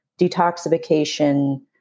detoxification